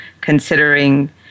considering